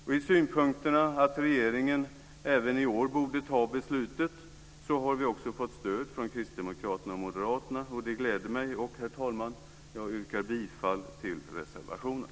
För synpunkterna att regeringen även i år borde fatta beslutet har vi också fått stöd från kristdemokraterna och moderaterna. Det gläder mig. Herr talman! Jag yrkar bifall till reservationen.